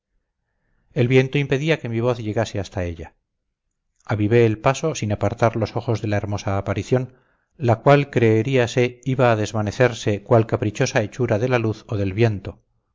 el viento impedía que mi voz llegase hasta ella avivé el paso sin apartar los ojos de la hermosa aparición la cual creeríase iba a desvanecerse cual caprichosa hechura de la luz o del viento